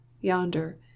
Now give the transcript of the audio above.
yonder